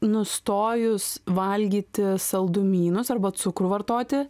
nustojus valgyti saldumynus arba cukrų vartoti